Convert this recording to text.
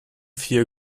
vier